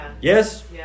Yes